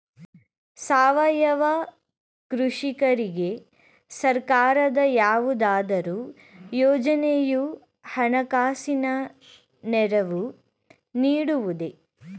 ಸಾವಯವ ಕೃಷಿಕರಿಗೆ ಸರ್ಕಾರದ ಯಾವುದಾದರು ಯೋಜನೆಯು ಹಣಕಾಸಿನ ನೆರವು ನೀಡುವುದೇ?